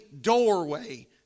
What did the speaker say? doorway